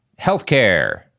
healthcare